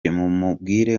mumubwire